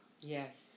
Yes